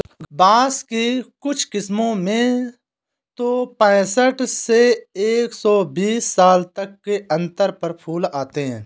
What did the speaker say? बाँस की कुछ किस्मों में तो पैंसठ से एक सौ बीस साल तक के अंतर पर फूल आते हैं